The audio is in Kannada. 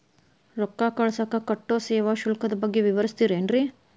ರೊಕ್ಕ ಕಳಸಾಕ್ ಕಟ್ಟೋ ಸೇವಾ ಶುಲ್ಕದ ಬಗ್ಗೆ ವಿವರಿಸ್ತಿರೇನ್ರಿ?